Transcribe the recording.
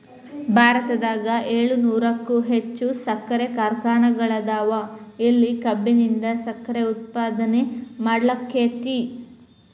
ಭಾರತದಾಗ ಏಳುನೂರಕ್ಕು ಹೆಚ್ಚ್ ಸಕ್ಕರಿ ಕಾರ್ಖಾನೆಗಳದಾವ, ಇಲ್ಲಿ ಕಬ್ಬಿನಿಂದ ಸಕ್ಕರೆ ಉತ್ಪಾದನೆ ಮಾಡ್ಲಾಕ್ಕೆತಿ